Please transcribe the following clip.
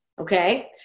okay